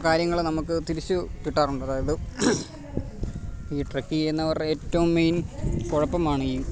കാര്യങ്ങൾ നമുക്ക് തിരിച്ച് കിട്ടാറുണ്ട് അതായത് ഈ ട്രക്ക് ചെയ്യുന്നവരെ ഏറ്റവും മെയ്ന് കുഴപ്പമാണ് ഈ